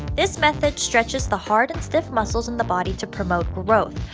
this method stretches the hard and stiff muscles in the body to promote growth.